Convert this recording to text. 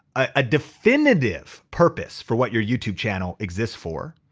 a definitive purpose for what your youtube channel exists for,